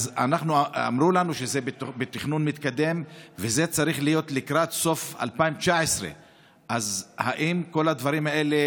אמרו לנו שזה בתכנון מתקדם וזה צריך להיות לקראת סוף 2019. האם אתה